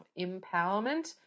empowerment